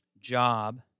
job